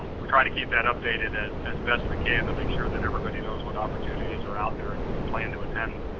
we try to keep it updated as as best we can to make sure that everybody knows what opportunities are out there and you can plan to attend.